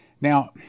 Now